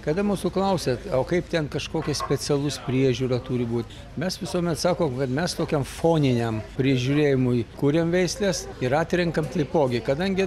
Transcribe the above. kada mūsų klausiat o kaip ten kažkokia specialus priežiūra turi būt mes visuomet sakom kad mes tokiam foniniam prižiūrėjimui kuriam veisles ir atrenkam taipogi kadangi